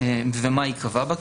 ומה ייקבע בה,